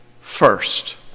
first